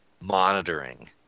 monitoring